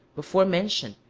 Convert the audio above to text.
before-mentioned,